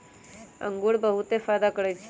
इंगूर बहुते फायदा करै छइ